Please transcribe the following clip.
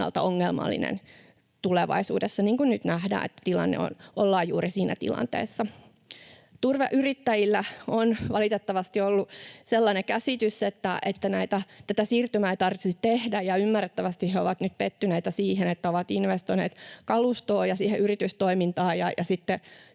ongelmallinen tulevaisuudessa — niin kuin nyt nähdään, että ollaan juuri siinä tilanteessa. Turveyrittäjillä on valitettavasti ollut sellainen käsitys, että tätä siirtymää ei tarvitsisi tehdä, ja ymmärrettävästi he ovat nyt pettyneitä siihen, että ovat investoineet kalustoon ja siihen yritystoimintaan